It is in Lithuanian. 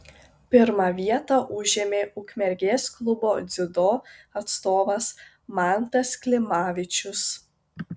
pirmą vietą užėmė ukmergės klubo dziudo atstovas mantas klimavičius